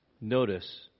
notice